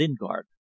Lingard